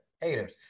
Haters